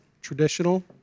traditional